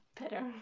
better